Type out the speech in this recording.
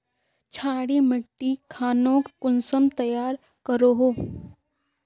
क्षारी मिट्टी खानोक कुंसम तैयार करोहो?